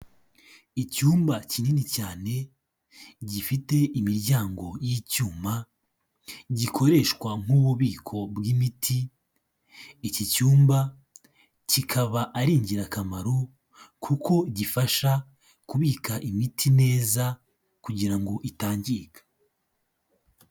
Icyumba kinini cyane, gifite imiryango y'icyuma, gikoreshwa nk'ububiko bw'imiti, iki cyumba kikaba ari ingirakamaro kuko gifasha kubika imiti neza kugira ngo itangirika.